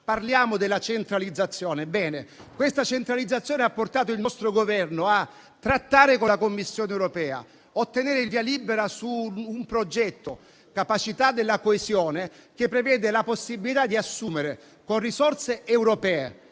Parliamo quindi della centralizzazione. Essa ha portato il nostro Governo a trattare con la Commissione europea e a ottenere il via libera sul progetto Capacità per la coesione, che prevede la possibilità di assumere con risorse europee